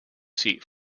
seat